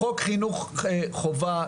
בחוק חינוך חובה,